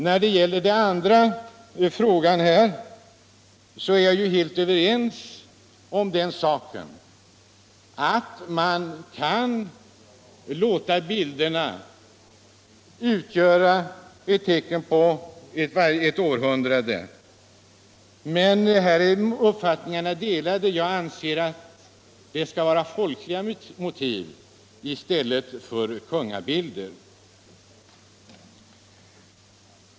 När det gäller den andra frågan är jag helt överens med herr Åsling om att man kan låta bilderna utgöra ett tecken på ett århundrade, men jag anser — och där är våra meningar delade — att det skall vara folkliga motiv i stället för kungabilder.